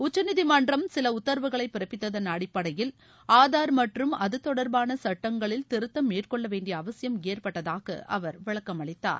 உச்சநீதிமன்றம் சில உத்தரவுகளை பிறப்பித்ததன் அடிப்படையில் ஆதார் மற்றும் அது தொடர்பான சுட்டங்களில் திருத்தம் மேற்கொள்ள வேண்டிய அவசியம் ஏற்பட்டதாக அவர் விளக்கம் அளித்தார்